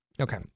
Okay